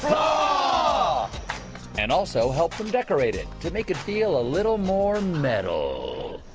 ah and also help them decorate it to make it feel a little more metal.